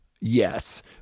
Yes